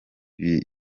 biri